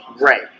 right